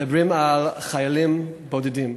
מדובר על חיילים בודדים,